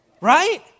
Right